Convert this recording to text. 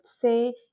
say